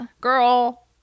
girl